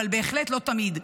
אבל בהחלט לא תמיד.